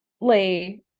lay